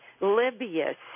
Libya